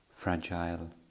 Fragile